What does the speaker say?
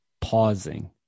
pausing